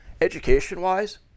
education-wise